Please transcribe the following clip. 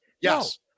Yes